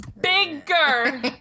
Bigger